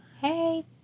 Hey